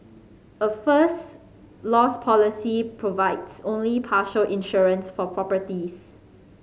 a First Loss policy provides only partial insurance for properties